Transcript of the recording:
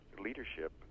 leadership